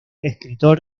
escritor